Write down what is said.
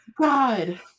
God